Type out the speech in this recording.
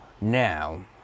Now